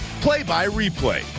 play-by-replay